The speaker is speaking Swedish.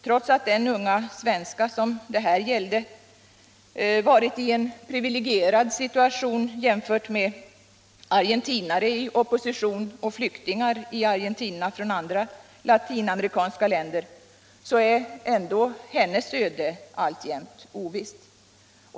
Trots att den unga svenska som det här gällde varit i en privilegierad situation jämfört med argentinare i opposition och flyktingar i Argentina från andra latinamerikanska länder, så är hennes öde alltjämt ovisst.